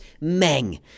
meng